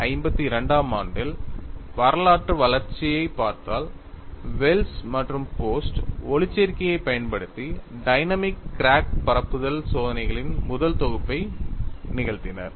1952 ஆம் ஆண்டில் வரலாற்று வளர்ச்சியைப் பார்த்தால் வெல்ஸ் மற்றும் போஸ்ட் ஒளிச்சேர்க்கையைப் பயன்படுத்தி டைனமிக் கிராக் பரப்புதல் சோதனைகளின் முதல் தொகுப்பை நிகழ்த்தினர்